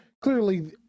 clearly